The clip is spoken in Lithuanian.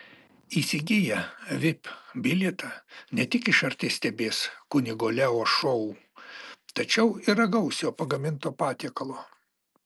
įsigiję vip bilietą ne tik iš arti stebės kunigo leo šou tačiau ir ragaus jo pagaminto patiekalo